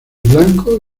blanco